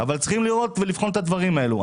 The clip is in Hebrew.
אבל צריכים לבחון את הדברים האלו.